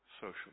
social